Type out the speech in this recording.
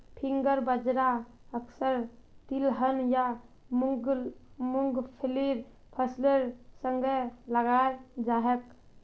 finger बाजरा अक्सर तिलहन या मुंगफलीर फसलेर संगे लगाल जाछेक